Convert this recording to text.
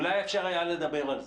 אולי אפשר היה לדבר על זה.